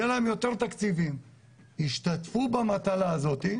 יהיה להם יותר תקציבים וישתתפו במטלה הזאת,